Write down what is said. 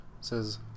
says